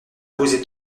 poser